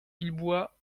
villebois